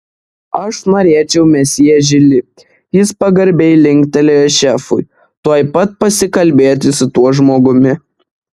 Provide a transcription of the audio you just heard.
aš norėčiau mesjė žili jis pagarbiai linktelėjo šefui tuoj pat pasikalbėti su tuo žmogumi